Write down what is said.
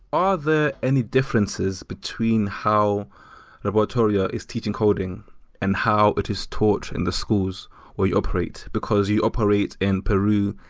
are there any differences between how laboratoria is teaching coding and how it is taught in the schools where you operate, because you operate in peru,